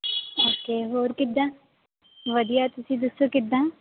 okay ਹੋਰ ਕਿੱਦਾਂ ਵਧੀਆ ਤੁਸੀਂ ਦੱਸੋ ਕਿੱਦਾਂ